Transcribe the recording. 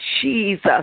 jesus